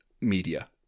media